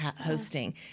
hosting